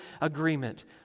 agreement